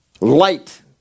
light